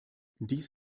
dies